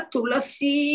Tulasi